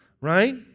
right